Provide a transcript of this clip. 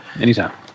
Anytime